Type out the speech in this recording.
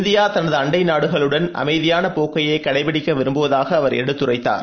India தனது அண்டை நாடுகளுடன் அமைதியான போக்கையே கடைபிடிக்க விரும்புவதாக அவர் எடுத்துரைத்தார்